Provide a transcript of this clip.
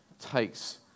takes